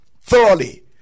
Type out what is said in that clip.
thoroughly